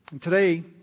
Today